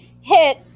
hit